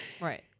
Right